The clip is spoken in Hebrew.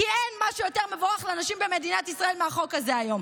כי אין משהו שיותר מבורך לנשים במדינת ישראל מהחוק הזה היום,